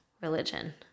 Religion